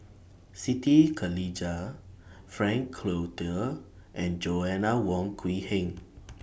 Siti Khalijah Frank Cloutier and Joanna Wong Quee Heng